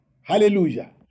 hallelujah